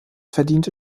verdiente